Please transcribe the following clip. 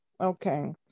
Okay